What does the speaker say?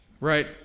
Right